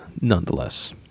nonetheless